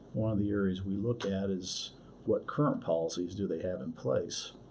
one of the areas we look at is what current policies do they have in place